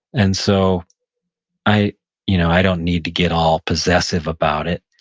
and so i you know i don't need to get all possessive about it.